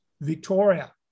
Victoria